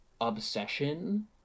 obsession